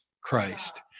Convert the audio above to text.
Christ